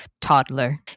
toddler